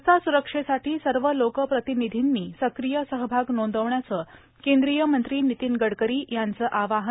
रस्ता सुरक्षेसाठी सर्व लोकप्रतिनिधींनी सक्रिय सहभाग नोंदवण्याचं केंद्रीय मंत्री नितीन गडकरी यांचं आवाहन